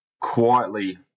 quietly